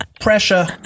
pressure